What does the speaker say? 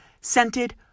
scented